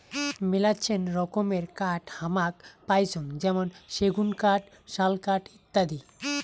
মেলাছেন রকমের কাঠ হামাক পাইচুঙ যেমন সেগুন কাঠ, শাল কাঠ ইত্যাদি